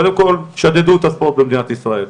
קודם כל, שדדו את הספורט במדינת ישראל.